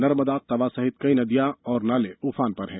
नर्मदा तवा सहित कई नदियां और नाले ऊफान पर हैं